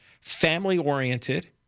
family-oriented